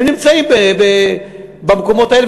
הם נמצאים במקומות האלה,